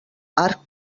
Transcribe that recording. arc